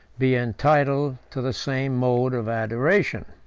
be entitled to the same mode of adoration.